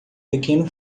pequeno